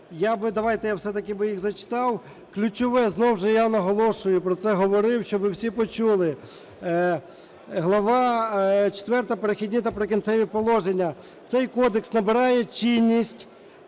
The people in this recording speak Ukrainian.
Я би, давайте я, все-таки, би їх зачитав. Ключове, знов же я наголошую, і про це говорив, щоби всі почули. Глава ХIV "Перехідні та прикінцеві положення". Цей Кодекс набирає чинність